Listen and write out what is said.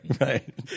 Right